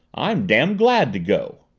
i'm damn glad to go!